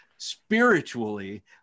spiritually